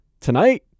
Tonight